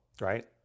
right